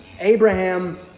Abraham